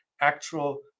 Actual